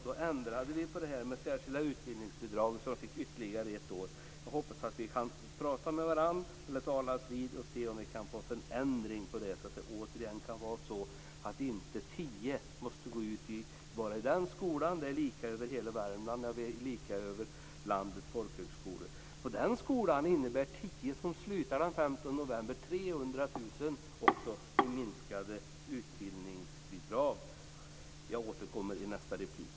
Då ändrades det särskilda utbildningsbidraget så att det var möjligt att få det ytterligare ett år. Jag hoppas att vi kan talas vid och få fram en förändring, så att inte tio personer bara i denna skola måste gå ut i arbetslöshet. Det är lika i hela Värmland och vid landets folkhögskolor. För denna skola innebär detta också att när dessa tio personer slutar får skolan 300 000 kr mindre i utbildningsbidrag. Jag återkommer i nästa anförande.